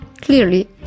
Clearly